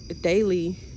daily